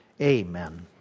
Amen